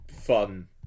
fun